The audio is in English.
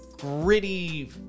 gritty